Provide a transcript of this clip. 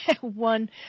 one